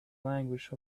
language